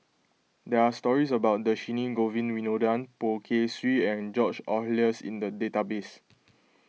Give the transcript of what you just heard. there are stories about Dhershini Govin Winodan Poh Kay Swee and George Oehlers in the database